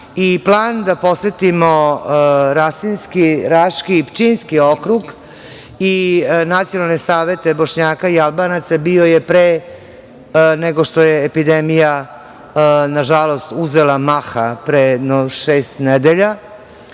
plan da posetimo rasinski, raški i pčinjski okrug i Nacionalne savete Bošnjaka i Albanaca bio je pre nego što je epidemija, na žalost, uzela maha, pre jedno šest nedelja,